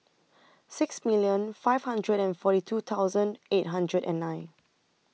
six million five hundred and forty two thousand eight hundred and nine